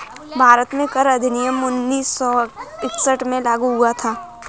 भारत में कर अधिनियम उन्नीस सौ इकसठ में लागू हुआ था